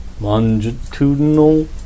longitudinal